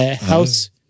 house